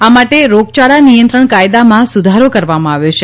આ માટે રોગચાળા નિયંત્રણ કાયદામાં સુધારો કરવામાં આવ્યો છે